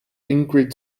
ingrid